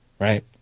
right